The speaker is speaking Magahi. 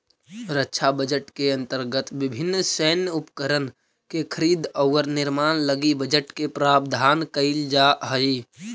रक्षा बजट के अंतर्गत विभिन्न सैन्य उपकरण के खरीद औउर निर्माण लगी बजट के प्रावधान कईल जाऽ हई